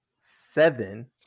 seven